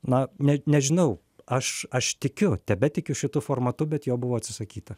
na ne nežinau aš aš tikiu tebetikiu šituo formatu bet jo buvo atsisakyta